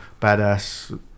badass